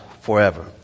forever